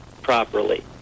properly